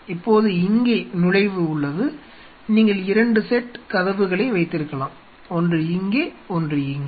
இப்போது இங்கே நுழைவு உள்ளது நீங்கள் 2 செட் கதவுகளை வைத்திருக்கலாம் ஒன்று இங்கே ஒன்று இங்கே